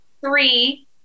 three